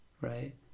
right